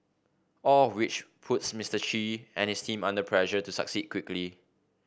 all of which puts Mister Chi and his team under pressure to succeed quickly